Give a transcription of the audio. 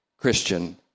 Christian